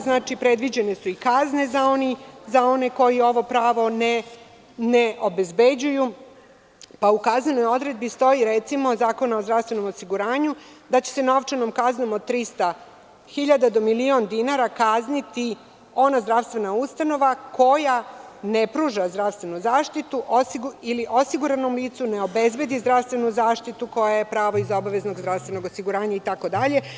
Znači, predviđene su i kazne za one koji ovo pravo ne obezbeđuju, pa u kaznenoj odredbi stoji, recimo, Zakona o zdravstvenom osiguranju, da će se novčanom kaznom od 300.000 do 1.000.000 dinara kazniti ona zdravstvena ustanova koja ne pruža zdravstvenu zaštitu ili osiguranom licu ne obezbedi zdravstvenu zaštitu koja je pravo iz obaveznog zdravstvenog osiguranja itd.